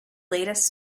latest